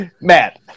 Matt